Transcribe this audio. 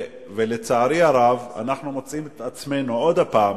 לצערי הרב, אנחנו מוצאים את עצמנו עוד הפעם,